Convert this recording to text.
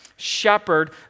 shepherd